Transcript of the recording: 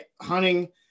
hunting